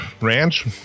ranch